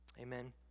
amen